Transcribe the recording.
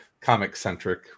comic-centric